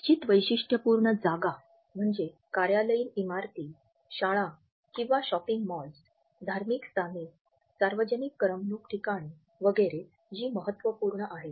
निश्चित वैशिष्ट्यपूर्ण जागा म्हणजे कार्यालयीन इमारती शाळा किंवा शॉपिंग मॉल्स धार्मिक स्थाने सार्वजनिक करमणूक ठिकाणे वगैरे जी महत्त्वपूर्ण आहेत